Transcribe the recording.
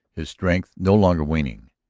his strength no longer waning.